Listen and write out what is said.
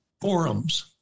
forums